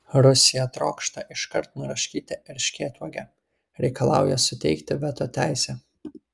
rusija trokšta iškart nuraškyti erškėtuogę reikalauja suteikti veto teisę